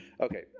okay